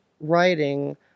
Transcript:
writing